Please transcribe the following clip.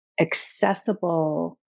accessible